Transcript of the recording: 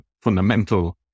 fundamental